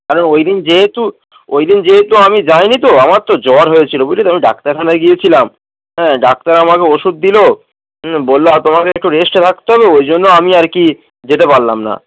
কারণ ওই দিন যেহেতু ওই দিন যেহেতু আমি যাইনি তো আমার তো জ্বর হয়েছিল বুঝলি তো আমি ডাক্তারখানায় গিয়েছিলাম হ্যাঁ ডাক্তার আমাকে ওষুধ দিলো বললো আর তোমাকে একটু রেস্টে রাখতে হবে ওই জন্য আমি আর কি যেতে পারলাম না